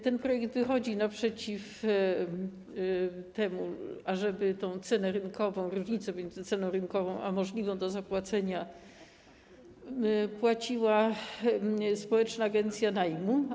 Ten projekt wychodzi naprzeciw temu, ażeby tę cenę rynkową, różnicę między ceną rynkową a możliwą do zapłacenia, płaciła społeczna agencja najmu.